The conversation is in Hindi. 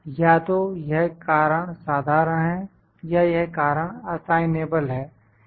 या तो यह कारण साधारण है या यह कारण असाइनेबल है